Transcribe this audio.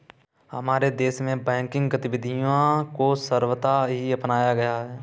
हमारे देश में बैंकिंग गतिविधियां को सर्वथा ही अपनाया गया है